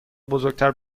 بزرگتر